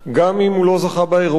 גם אם הוא לא זכה בארוויזיון.